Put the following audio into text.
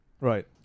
right